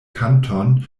kanton